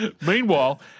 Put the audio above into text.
Meanwhile